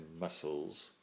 muscles